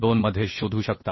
2 मध्ये शोधू शकता